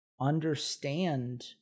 understand